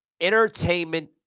Entertainment